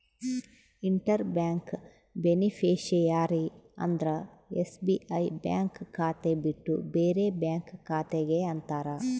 inter bank beneficiary ಅಂದ್ರ SBI bank ಖಾತೆ ಬಿಟ್ಟು ಬೇರೆ ಬ್ಯಾಂಕ್ ಖಾತೆ ಗೆ ಅಂತಾರ